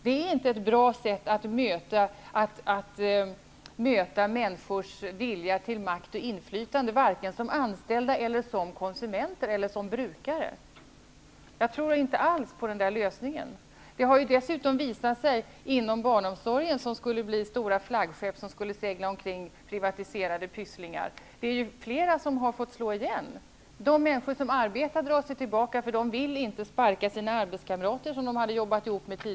Det är inte ett bra sätt att möta människors vilja till makt och inflytande, varken som anställda, som konsumenter eller brukare. Jag tror inte alls på den lösningen. Det har dessutom visat sig inom barnomsorgen, där privatiserade Pysslingar skulle bli stora flaggskepp som seglade omkring -- privatiserade Pysslingar -- att flera daghem har fått slå igen. De människor som arbetar där drar sig tillbaka, därför att de inte vill sparka sina tidigare arbetskamrater.